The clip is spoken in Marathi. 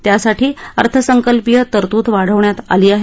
त्यासाठी अर्थसंकल्पीय तरतूद वाढवण्यात आली आहे